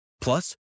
Plus